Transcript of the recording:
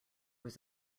was